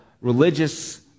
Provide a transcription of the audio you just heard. religious